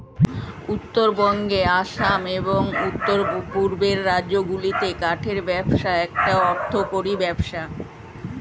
উত্তরবঙ্গ, আসাম, এবং উওর পূর্বের রাজ্যগুলিতে কাঠের ব্যবসা একটা অর্থকরী ব্যবসা